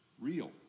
real